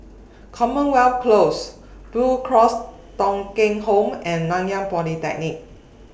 Commonwealth Close Blue Cross Thong Kheng Home and Nanyang Polytechnic